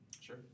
Sure